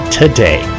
today